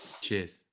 Cheers